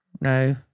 no